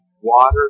water